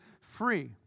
free